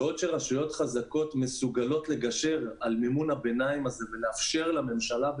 רשויות חזקות מסוגלות לגשר על מימון הביניים הזה ו"לאפשר" לממשלה,